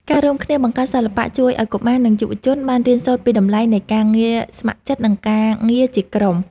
ការរួមគ្នាបង្កើតសិល្បៈជួយឱ្យកុមារ និងយុវជនបានរៀនសូត្រពីតម្លៃនៃការងារស្ម័គ្រចិត្ត និងការងារជាក្រុម។